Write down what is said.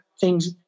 things